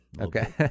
Okay